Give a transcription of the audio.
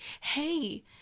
hey